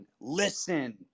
listen